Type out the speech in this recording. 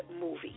movie